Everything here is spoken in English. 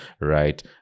right